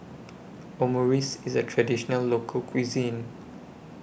Omurice IS A Traditional Local Cuisine